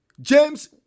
James